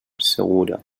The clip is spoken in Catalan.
segura